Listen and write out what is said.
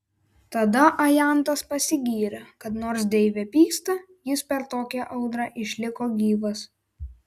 tada ajantas pasigyrė kad nors deivė pyksta jis per tokią audrą išliko gyvas